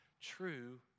true